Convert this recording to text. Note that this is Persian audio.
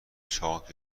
چاق